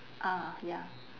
ah ya